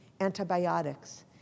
antibiotics